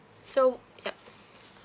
so yup